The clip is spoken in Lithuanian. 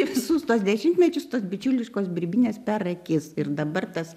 visus tuos dešimtmečius tos bičiuliškos birbynės per akis ir dabar tas